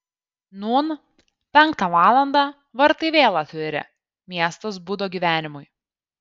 nūn penktą valandą vartai vėl atviri miestas budo gyvenimui